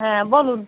হ্যাঁ বলুন